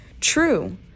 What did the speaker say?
true